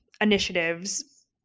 initiatives